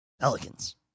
Pelicans